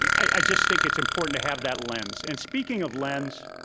i just think it's important to have that lens. and speaking of lens,